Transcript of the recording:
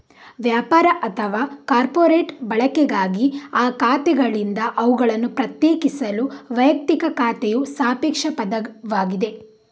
ವ್ಯಾಪಾರ ಅಥವಾ ಕಾರ್ಪೊರೇಟ್ ಬಳಕೆಗಾಗಿ ಆ ಖಾತೆಗಳಿಂದ ಅವುಗಳನ್ನು ಪ್ರತ್ಯೇಕಿಸಲು ವೈಯಕ್ತಿಕ ಖಾತೆಯು ಸಾಪೇಕ್ಷ ಪದವಾಗಿದೆ